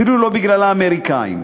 אפילו לא בגלל האמריקנים,